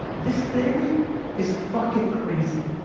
this thing is fucking crazy.